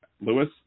Lewis